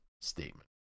statement